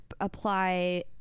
apply